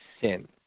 sin